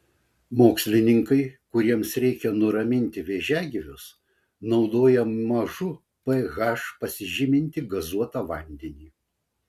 mokslininkai kuriems reikia nuraminti vėžiagyvius naudoja mažu ph pasižymintį gazuotą vandenį